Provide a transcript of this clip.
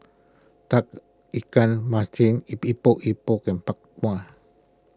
Tauge Ikan Masin Epok Epok and Bak Chang